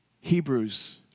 Hebrews